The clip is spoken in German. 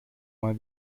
mal